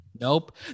Nope